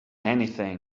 anything